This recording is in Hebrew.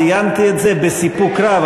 ציינתי את זה בסיפוק רב.